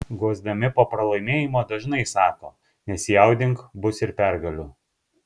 guosdami po pralaimėjimo dažnai sako nesijaudink bus ir pergalių